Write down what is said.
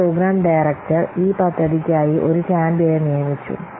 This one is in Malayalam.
ഒരു പ്രോഗ്രാം ഡയറക്ടർ ഈ പദ്ധതിക്കായി ഒരു ചാമ്പ്യനെ നിയമിച്ചു